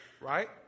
Right